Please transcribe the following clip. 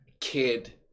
kid